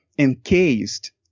encased